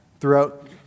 throughout